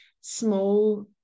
small